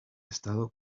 estado